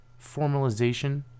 formalization